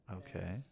okay